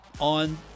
on